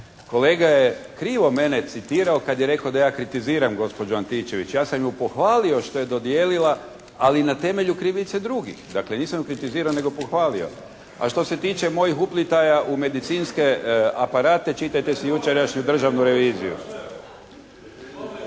Kolega je krivo mene citirao kad je rekao da ja kritiziram gospođu Antičević. Ja sam ju pohvalio što je dodijelila ali na temelju krivice drugih. Dakle, nisam ju kritizirao nego pohvalio. A što se tiče mojih uplitaja u medicinske aparate, čitajte su jučerašnju državnu reviziju.